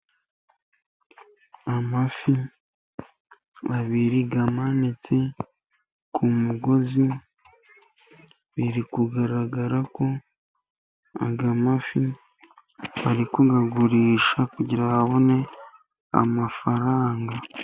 Amafi abiri amanitse ku mugozi, biri kugaragara ko aya mafi ari kuyagurisha kugira ngo abone amafaranga.